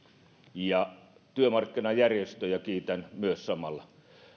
ja myös työmarkkinajärjestöjä kiitän samalla